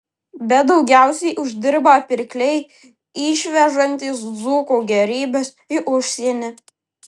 bet daugiausiai uždirba pirkliai išvežantys dzūkų gėrybes į užsienį